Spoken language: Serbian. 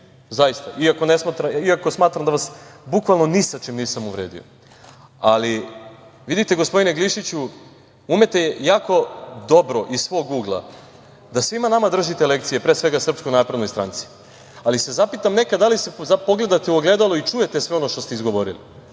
Zaista. Iako smatram da vas bukvalno ni sa čim nisam uvredio. Ali, vidite gospodine Glišiću, umeto jako dobro iz svog ugla da svima nama držite lekcije, pre svega SNS, ali se zapitam nekad da li se pogledate u ogledalo i čujete sve ono što ste izgovorili?